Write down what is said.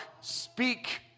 speak